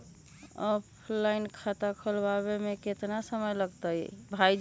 Offline खाता खुलबाबे में केतना समय लगतई?